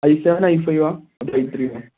I seven I ഫൈവാണോ അത് I three അല്ലേ